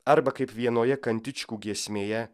arba kaip vienoje kantičkų giesmėje